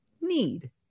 need